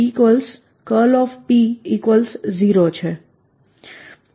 એટલે કે bP0 છે